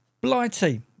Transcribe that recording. Blighty